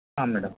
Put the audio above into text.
आं मेडं